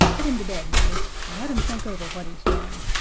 put him to bed, nurse, and let him think over what he's done.